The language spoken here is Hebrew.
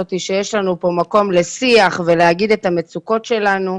כי בדרך הזו אנחנו שוב מפסידים אותם,